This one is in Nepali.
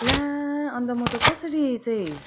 ला अन्त म त कसरी चाहिँ